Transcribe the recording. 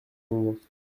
bonbons